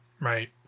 Right